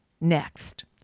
next